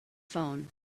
phone